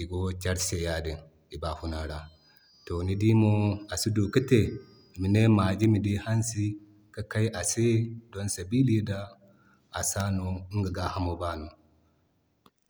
igo keri se ya din i bafuney ra. To nidimo asi du ki te ima ne mage mi dii hansi ki kay a se don sabili day a sa no a gaahamo baano.